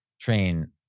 train